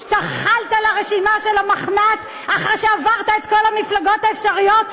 השתחלת לרשימה של המחנה הציוני אחרי שעברת את כל המפלגות האפשריות,